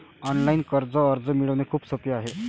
online कर्ज अर्ज मिळवणे खूप सोपे आहे